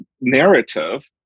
narrative